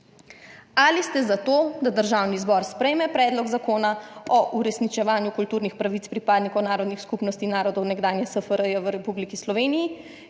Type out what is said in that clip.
»Ali ste za to, da Državni zbor sprejme predlog zakona o uresničevanju kulturnih pravic pripadnikov narodnih skupnosti narodov nekdanje SFRJ v Republiki Sloveniji,